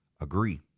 agree